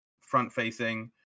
front-facing